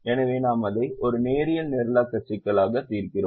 எனவே நாம் அதை ஒரு நேரியல் நிரலாக்க சிக்கலாக தீர்க்கிறோம்